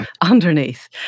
underneath